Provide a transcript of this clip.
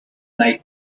night